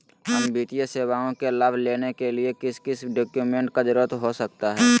अन्य वित्तीय सेवाओं के लाभ लेने के लिए किस किस डॉक्यूमेंट का जरूरत हो सकता है?